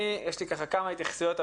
יש לי כמה התייחסויות,